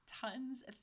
tons